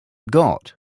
got